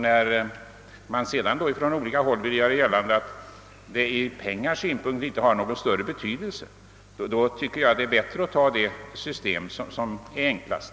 När det därtill från olika håll göres gällande att skillnaden mellan förslagen ur penningsynpunkt inte har någon större betydelse tycker jag det är bäst att välja det system som är enklast.